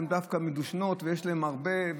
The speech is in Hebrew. הם דווקא מדושנים ויש להם הרבה,